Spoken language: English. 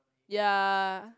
ya